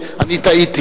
אני טעיתי.